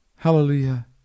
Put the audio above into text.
Hallelujah